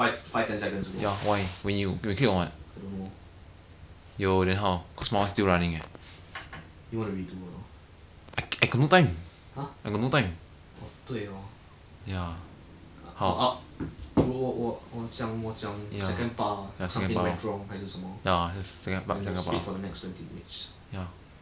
I mean when you play the game all is want friend to play one what like do you do you play R_P_G no right do you do you play like not not black desert ah I mean like um you play those red dead redemption all the settings all super nice [one] and then just get your phone lah I I'm buying com because I like this kind of games what !wah! very beau~ looks very beautiful and what not